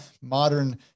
modern